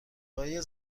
های